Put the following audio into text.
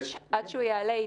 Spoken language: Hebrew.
עד שהוא יעלה.